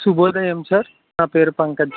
శుభోదయం సార్ నాపేరు పంకజ్